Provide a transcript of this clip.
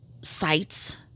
sites